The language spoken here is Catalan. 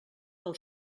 del